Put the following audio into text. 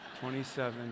27